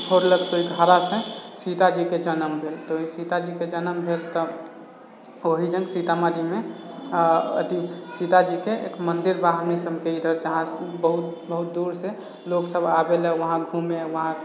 फोड़लक तऽ एक घड़ा से सीताजीके जन्म भेल तऽ सीताजीके जन्म भेल तऽ ओहि जग सीतामढ़ीमे अथि सीताजीके एक मन्दिर बा हमनी सभके जेकरा से आज बहुत दूर दूरसे लोग सभ आबै लऽ वहाँ घुमे लऽ वहाँ